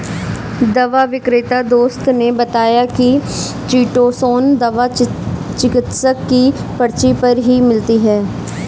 दवा विक्रेता दोस्त ने बताया की चीटोसोंन दवा चिकित्सक की पर्ची पर ही मिलती है